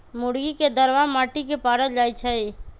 मुर्गी के दरबा माटि के पारल जाइ छइ